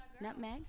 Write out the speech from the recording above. Nutmeg